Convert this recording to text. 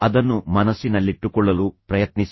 ಅದನ್ನು ಮನಸ್ಸಿನಲ್ಲಿಟ್ಟುಕೊಳ್ಳಲು ಪ್ರಯತ್ನಿಸಿ